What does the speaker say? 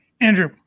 Andrew